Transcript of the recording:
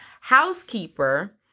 housekeeper